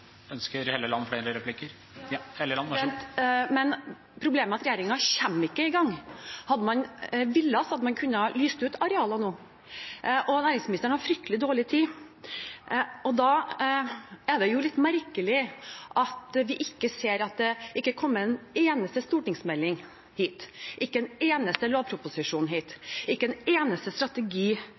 Men problemet er at regjeringen ikke kommer i gang. Hadde man villet, kunne man lyst ut arealer nå. Næringsministeren har fryktelig dårlig tid, og da er det litt merkelig at det ikke har kommet en eneste stortingsmelding eller en eneste lovproposisjon hit, at ikke en eneste strategi